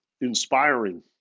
inspiring